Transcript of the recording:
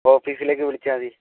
ഓഫീസിലേക്ക് വിളിച്ചാൽ മതി